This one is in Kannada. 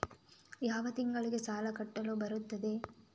ಯಾವ ತಿಂಗಳಿಗೆ ಸಾಲ ಕಟ್ಟಲು ಬರುತ್ತದೆ?